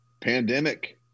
pandemic